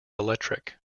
electric